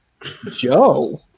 joe